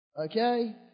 Okay